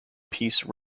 peace